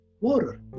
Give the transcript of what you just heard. water